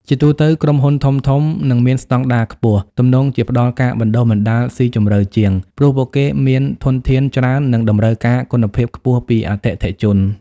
ជាទូទៅ ក្រុមហ៊ុនធំៗ និងមានស្តង់ដារខ្ពស់ ទំនងជាផ្តល់ការបណ្តុះបណ្តាលស៊ីជម្រៅជាង ព្រោះពួកគេមានធនធានច្រើន និងតម្រូវការគុណភាពខ្ពស់ពីអតិថិជន។